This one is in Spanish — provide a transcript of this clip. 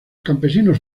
campesinos